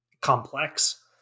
complex